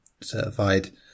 certified